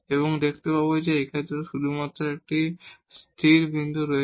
এবং আমরা দেখতে পাব যে এই ক্ষেত্রে শুধুমাত্র একটি স্টেসেনারি পয়েন্ট রয়েছে